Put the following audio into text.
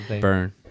burn